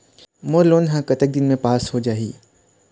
मोर loan हा कतक दिन मा पास होथे जाही?